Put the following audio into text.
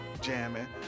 jamming